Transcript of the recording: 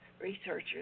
researchers